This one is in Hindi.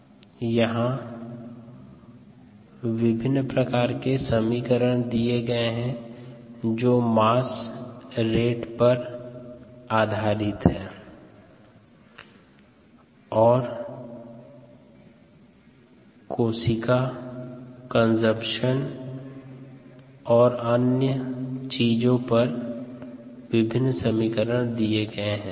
mass rate of input minus mass rate of output plus rate of generation minus rate of consumption सभी मास के आधार पर rate of accumulation of mass के बराबर है